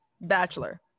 bachelor